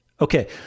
Okay